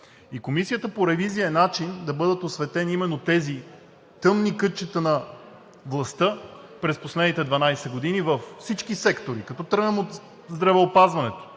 Комисията по ревизия е начин да бъдат осветени именно тези тъмни кътчета на властта през последните 12 години във всички сектори, като тръгнем от здравеопазването,